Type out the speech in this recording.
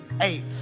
Eight